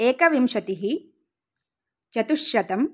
एकविंशतिः चतुश्शतम्